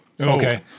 Okay